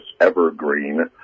evergreen